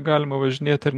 galima važinėti ar